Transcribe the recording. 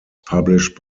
published